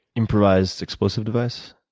improvised explosive device?